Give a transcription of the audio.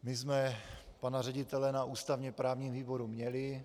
My jsme pana ředitele na ústavněprávním výboru měli.